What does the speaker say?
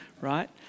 right